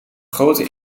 grote